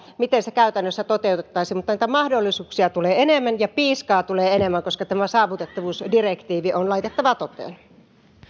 miten se käytännössä toteutettaisiin mutta mahdollisuuksia tulee enemmän ja piiskaa tulee enemmän koska tämä saavutettavuusdirektiivi on laitettava toteen